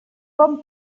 bon